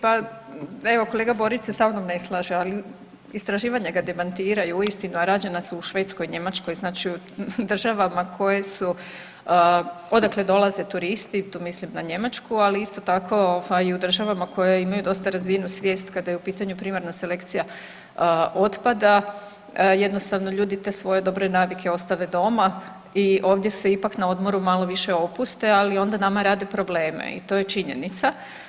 Pa evo kolega Borić se sa mnom ne slaže, ali istraživanja ga demantiraju uistinu, a rađena su u Švedskoj, Njemačkoj znači u državama koje su odakle dolaze turisti, tu mislim na Njemačku, ali isto tako i u državama koje imaju dosta razvijenu svijest kada je u pitanju primarna selekcija otpada, jednostavno ljudi te svoje dobre navike ostave doma i ovdje se ipak na odmoru malo više opuste, ali onda nama rade probleme i to je činjenica.